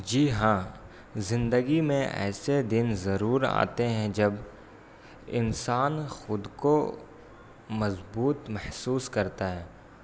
جی ہاں زندگی میں ایسے دن ضرور آتے ہیں جب انسان خود کو مضبوط محسوس کرتا ہے